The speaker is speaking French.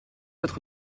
votre